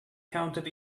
counted